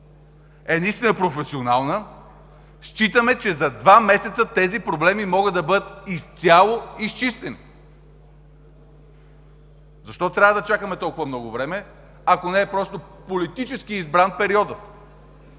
наистина е професионална, считаме, че за два месеца тези проблеми могат да бъдат изцяло изчистени. Защо трябва да чакаме толкова много време, ако не е просто политически избран периодът?